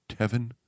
Tevin